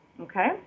Okay